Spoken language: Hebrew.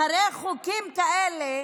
אחרי חוקים כאלה,